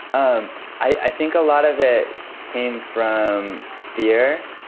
um i think a lot of it came from fear.